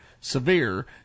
severe